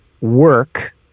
work